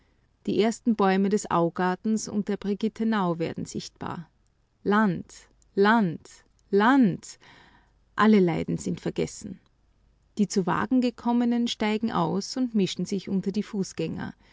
die ersten bäume des augartens und der brigittenau werden sichtbar land land land alle leiden sind vergessen die zu wagen gekommenen steigen aus und mischen sich unter die fußgänger